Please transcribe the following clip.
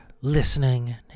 listening